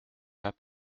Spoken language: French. pas